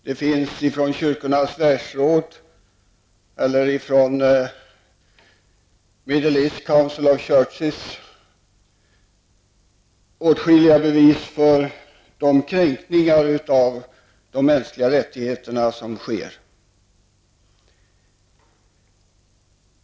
Det finns i undersökningar från Kyrkornas världsråd eller från Middle East Council of Churches åtskilliga bevis för att kränkningar av de mänskliga rättigheterna sker.